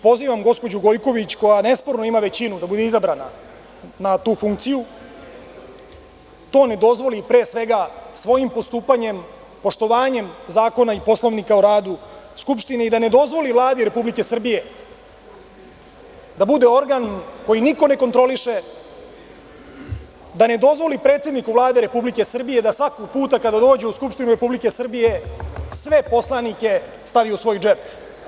Pozivam gospođu Gojković, koja nesporno ima većinu da bude izabrana na tu funkciju, da to ne dozvoli, pre svega svojim postupanjem, poštovanjem zakona i Poslovnika o radu Skupštine i da ne dozvoli Vladi Republike Srbije da bude organ koji niko ne kontroliše, da ne dozvoli predsedniku Vlade Republike Srbije da svaki put kada dođe u Skupštinu Republike Srbije sve poslanike stavi u svoj džep.